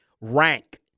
Rank